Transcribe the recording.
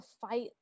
fight